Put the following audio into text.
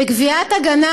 בקביעת הגנה